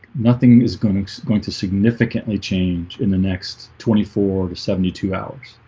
nothing is gonna going to significantly change in the next twenty four to seventy two hours,